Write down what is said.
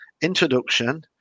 introduction